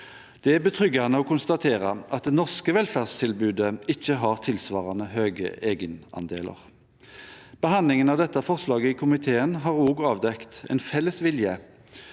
Det er betryggende å konstatere at det norske velferdstilbudet ikke har tilsvarende høye egenandeler. Behandlingen av dette forslaget i komiteen har også avdekt en felles vilje